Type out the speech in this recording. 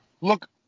Look